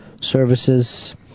services